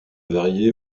varié